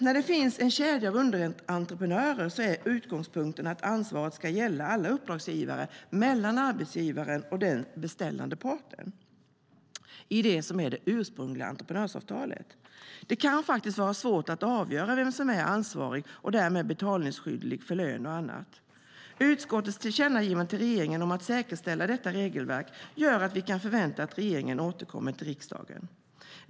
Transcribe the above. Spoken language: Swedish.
När det finns en kedja av underentreprenörer är utgångspunkten att ansvaret ska gälla alla uppdragsgivare mellan arbetsgivaren och den beställande parten i det ursprungliga entreprenörsavtalet. Det kan vara svårt att avgöra vem som är ansvarig och därmed betalningsskyldig för lön och annat. Utskottets tillkännagivande till regeringen om att säkerställa detta regelverk gör att vi kan förvänta oss att regeringen återkommer till riksdagen.